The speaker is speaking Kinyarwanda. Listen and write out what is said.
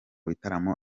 bitaramo